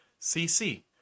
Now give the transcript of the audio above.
CC